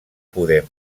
podem